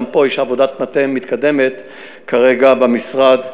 גם פה יש עבודת מטה מתקדמת כרגע במשרד,